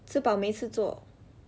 吃饱没事做